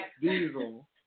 Diesel